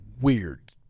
weird